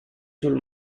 sul